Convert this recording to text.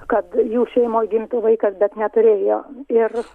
kad jų šeimoj gimtų vaikas bet neturėjo ir